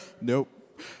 Nope